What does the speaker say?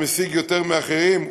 שמשיג יותר מהאחרים,